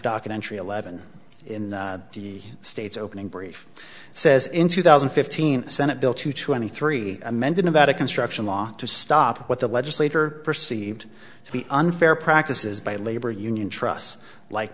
documentary eleven in the state's opening brief says in two thousand and fifteen senate bill two twenty three amended about a construction law to stop what the legislator perceived to be unfair practices by labor union truss like